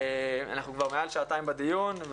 אנחנו כבר מעל שעתיים בדיון,